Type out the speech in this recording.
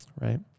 Right